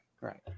right